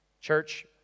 Church